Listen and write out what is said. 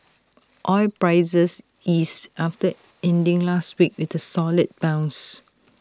oil prices eased after ending last week with A solid bounce